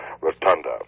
Rotunda